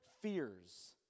fears